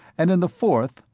and in the fourth,